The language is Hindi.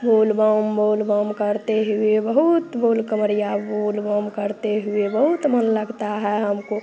बोल बम बोल बम करते हुए बहुत बोल कांवरिया बोल बम करते हुए बहुत मन लगता है हमको